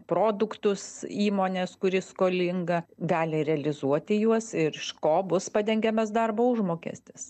produktus įmonės kuri skolinga gali realizuoti juos ir iš ko bus padengiamas darbo užmokestis